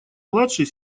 младшей